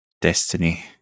destiny